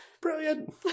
Brilliant